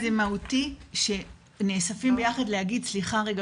זה מהותי שנאספים ביחד להגיד: סליחה רגע,